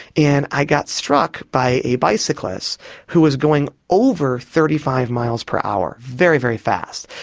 and i got struck by a bicyclist who was going over thirty five miles per hour, very, very fast.